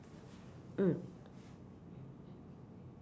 mm